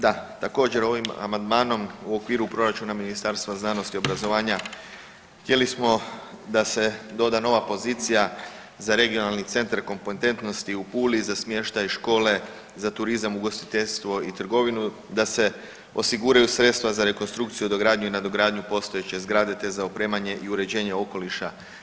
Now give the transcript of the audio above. Da, također ovim amandmanom u okviru proračuna Ministarstva znanosti i obrazovanja htjeli smo da se doda nova pozicija za regionalni centar kompetentnosti u Puli za smještaj škole za turizam i ugostiteljstvo i trgovinu da se osiguraju sredstava za rekonstrukciju, dogradnju i nadogradnju postojeće zgrade, te za opremanje i uređenje okoliša.